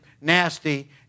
nasty